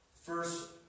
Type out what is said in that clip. first